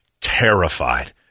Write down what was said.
terrified